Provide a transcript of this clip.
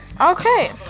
Okay